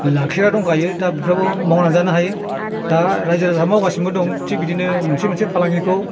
लाखिना दंखायो दा बेफोरावबो मावनानै जानो हायो दा रायजो राजाफ्रा मावगासिनोबो दं थिक बिदिनो मोनसे मोनसे फालांगिखौ